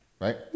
right